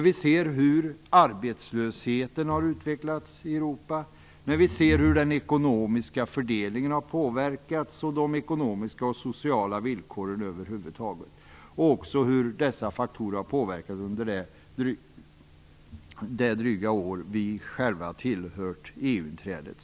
Vi ser hur arbetslösheten har utvecklats i Europa och vi ser hur den ekonomiska fördelningen och de ekonomiska och sociala villkoren över huvud taget har påverkats och också hur dessa faktorer har påverkats här under det dryga år vi själva tillhört EU.